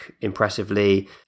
impressively